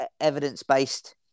evidence-based